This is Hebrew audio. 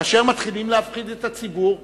כאשר מתחילים להפחיד את הציבור,